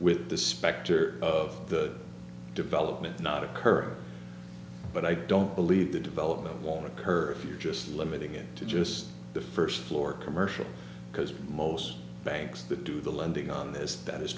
with the specter of the development not occur but i don't believe the development won't occur if you're just limiting it to just the st floor commercial because most banks that do the lending on this that is